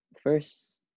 First